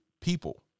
people